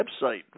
website